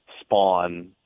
spawn